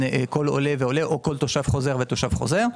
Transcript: כל עולה לעולה או בין כל תושב חוזר לתושב חוזר.